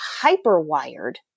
hyper-wired